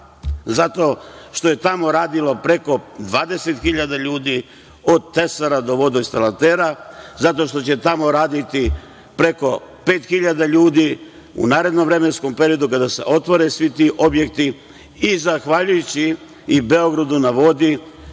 zato što je tamo radilo preko 20.000 ljudi, od tesara do vodoinstalatera, zato što će tamo raditi preko 5.000 ljudi u narednom vremenskom periodu kada se otvore svi ti objekti. Zahvaljujući Beogradu na vodi